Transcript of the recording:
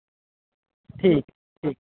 ठीक ऐ